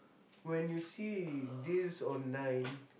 when you see this online